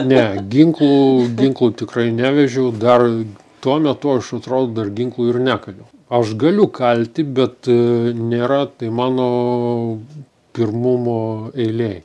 ne ginklų ginklų tikrai nevežiau dar tuo metu aš atrodo dar ginklų ir nekaliau aš galiu kalti bet nėra tai mano pirmumo eilėj